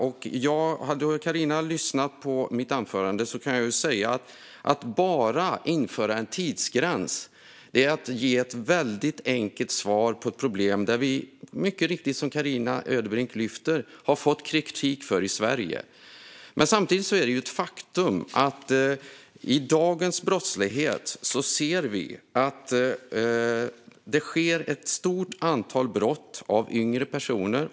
Jag vet inte om Carina lyssnade på mitt anförande, men jag kan säga att bara att införa en tidsgräns är att ge ett väldigt enkelt svar på ett problem som vi, som Carina Ödebrink mycket riktigt lyfter fram, har fått kritik för i Sverige. Samtidigt är det ett faktum att vi i dagens brottslighet ser att det begås ett stort antal brott av yngre personer.